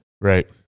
Right